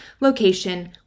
location